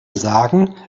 sagen